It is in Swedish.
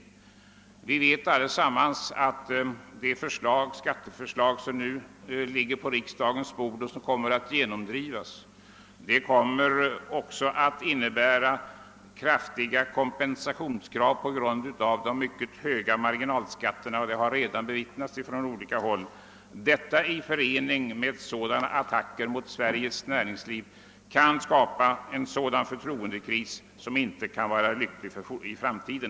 Vi vet allesammans att det skatteförslag som nu ligger på riksdagens bord och som kommer att drivas igenom också kommer att medföra kraftiga kompensationskrav på grund av de mycket höga marginalskatterna. Det har redan omvittnats från olika håll. Detta i förening med attacker av tidigare nämnt slag mot Sveriges näringsliv kan skapa en förtroendekris som inte bådar gott för framtiden.